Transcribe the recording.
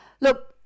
look